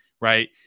right